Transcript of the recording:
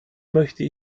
möchte